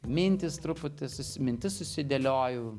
mintys truputį susi mintis susidėlioju